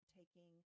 taking